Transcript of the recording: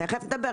תכף נדבר.